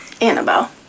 Annabelle